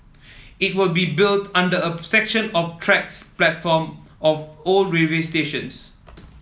it will be built under a section of tracks platform of old railway stations